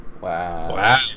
Wow